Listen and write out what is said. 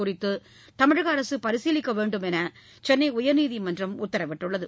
குறித்து தமிழக அரசு பரிசீலிக்க வேண்டுமென சென்னை உயர்நீதிமன்றம் உத்தரவிட்டுள்ளது